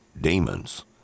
demons